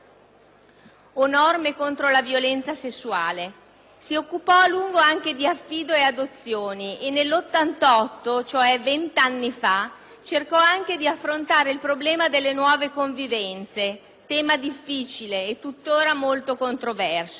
norme contro la violenza sessuale. Si occupò a lungo anche di affido e adozioni e nel 1988, cioè vent'anni fa, cercò anche di affrontare il problema delle nuove convenienze; tema difficile e tuttora molto controverso.